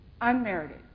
unmerited